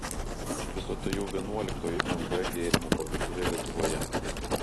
iš viso tai jau vienuoliktoji mv gėrimų parduotuvė lietuvoje